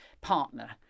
partner